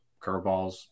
Curveballs